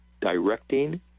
directing